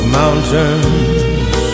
mountains